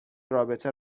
رابطه